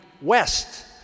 West